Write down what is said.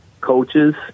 coaches